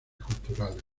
culturales